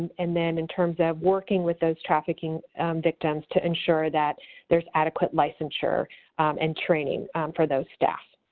and then in terms of working with those trafficking victims to ensure that there's adequate licensure and training for those staff.